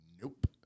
Nope